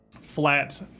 flat